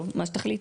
טוב, מה שתחליטו.